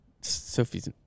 Sophie's